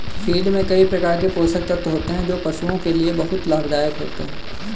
feed में कई प्रकार के पोषक तत्व होते हैं जो पशुओं के लिए बहुत लाभदायक होते हैं